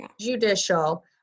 judicial